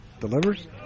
delivers